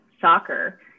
soccer